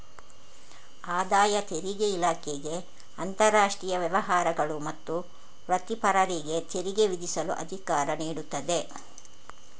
ಆದಾಯ ತೆರಿಗೆ ಇಲಾಖೆಗೆ ಅಂತರಾಷ್ಟ್ರೀಯ ವ್ಯವಹಾರಗಳು ಮತ್ತು ವೃತ್ತಿಪರರಿಗೆ ತೆರಿಗೆ ವಿಧಿಸಲು ಅಧಿಕಾರ ನೀಡುತ್ತದೆ